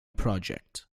project